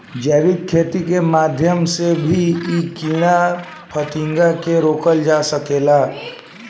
जैविक खेती के माध्यम से भी इ कीड़ा फतिंगा के रोकल जा सकेला